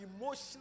emotional